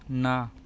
ନା